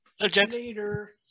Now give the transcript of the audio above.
Later